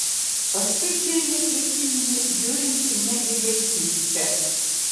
paskui džeinė prisiminė žiūrinti ne į vaikiščią